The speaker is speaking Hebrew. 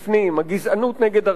הגזענות נגד ערבים,